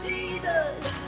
Jesus